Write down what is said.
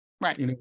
Right